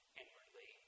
inwardly